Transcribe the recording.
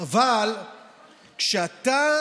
אבל כשאתה